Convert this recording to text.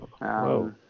Wow